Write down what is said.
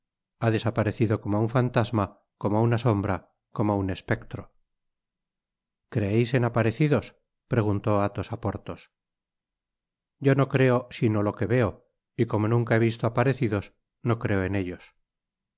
ha desaparecido como una fantasma como una sombra como un espectro creeis en aparecidos preguntó athos á porthos yo no creo sino lo que veo y como nunca he visto aparecidos no creo en ellos